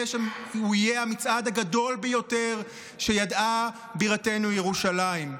שהוא יהיה המצעד הגדול ביותר שידעה בירתנו ירושלים.